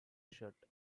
shirt